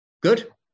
Good